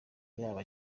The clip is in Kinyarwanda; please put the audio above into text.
yaba